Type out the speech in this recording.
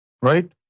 Right